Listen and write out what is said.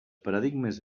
paradigmes